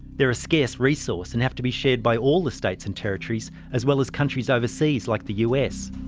they're a scarce resource and have to be shared by all the states and territories, as well as countries overseas like the u. s.